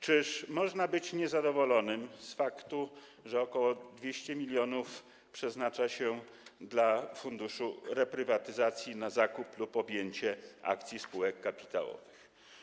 Czyż można być niezadowolonym z faktu, że ok. 200 mln przeznacza się na Fundusz Reprywatyzacji na zakup lub objęcie akcji spółek kapitałowych?